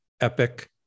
epic